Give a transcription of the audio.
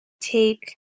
take